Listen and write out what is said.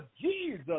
Jesus